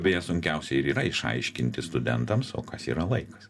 beje sunkiausia ir yra išaiškinti studentams o kas yra laikas